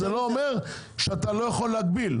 זה לא אומר שאתה לא יכול להגביל.